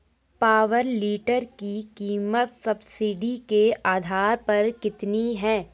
Power tiller की कीमत subsidy के आधार पर कितनी है?